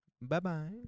Bye-bye